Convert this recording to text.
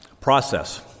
process